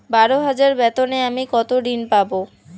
বারো হাজার বেতনে আমি কত ঋন পাব?